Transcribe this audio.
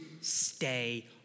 stay